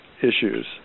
issues